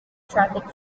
traffic